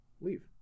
leave